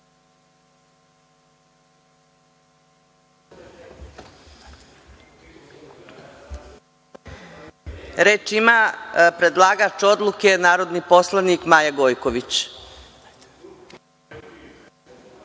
Reč ima predlagač Odluke narodni poslanik Maja Gojković.